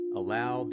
allow